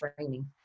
training